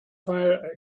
fire